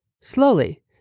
Slowly